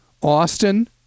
Austin